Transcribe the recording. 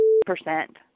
percent